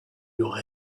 your